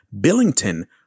Billington